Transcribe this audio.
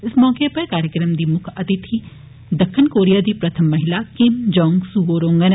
इस मौके उप्पर कार्यक्रम दी मुक्ख अतिथि दक्खण कोरिया दी प्रथम महिला किम जोंग सूं होंडन